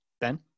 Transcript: Ben